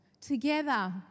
Together